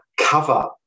cover